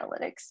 analytics